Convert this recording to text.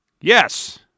Yes